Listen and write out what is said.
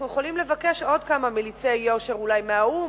אנחנו יכולים לבקש עוד כמה מליצי יושר אולי מהאו"ם,